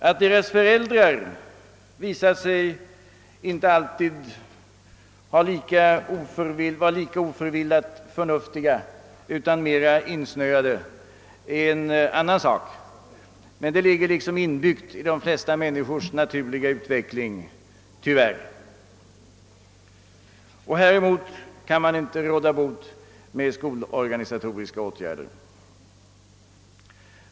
Att deras föräldrar inte alltid visat sig vara lika oförvillat förnuftiga utan mera insnöade är en annan sak, men det ligger tyvärr liksom inbyggt i de flesta människors naturliga utveckling. På detta kan man inte råda bot med skolorganisatoriska åtgärder.